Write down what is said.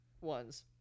ones